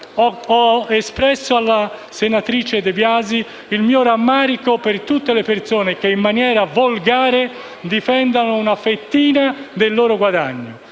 Ho espresso alla senatrice De Biasi il mio rammarico per tutte le persone che in maniera volgare difendono una fettina del loro guadagno.